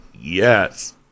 yes